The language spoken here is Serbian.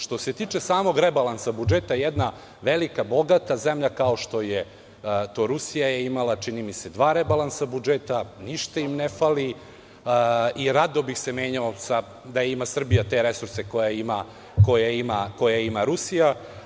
Što se tiče samog rebalansa budžeta, jedna velika bogata zemlja kao što je to Rusija, imala je čini mi se dva rebalansa budžeta, ništa im ne fali i rado bih se menjao da Srbija ima te resurse koje ima Rusija.